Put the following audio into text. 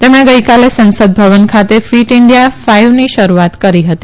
તેમણે ગઈકાલે સંસદ ભવન ખાતે ફીટ ઈન્ડિયા ફાઈવની શરૂઆત કરી હતી